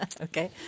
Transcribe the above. Okay